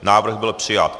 Návrh byl přijat.